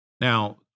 Now